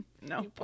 No